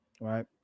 right